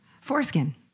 Foreskin